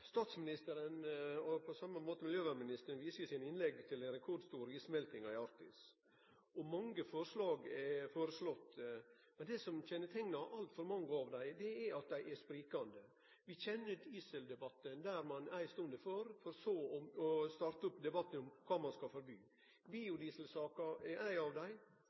Statsministeren, og på samme måte miljøvernministeren, viste i sine innlegg til den rekordstore issmeltinga i Arktis. Mange forslag er lagde fram. Det som kjenneteiknar altfor mange av dei, er at dei er sprikande. Vi kjenner dieseldebatten, der ein ei stund er for, for så å starte opp debatten om kva ein skal forby. Biodieselsaka er ei av dei.